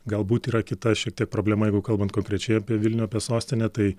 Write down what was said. galbūt yra kita šiek tiek problema jeigu kalbant konkrečiai apie vilnių apie sostinę tai